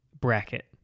bracket